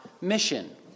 mission